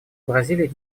бразилии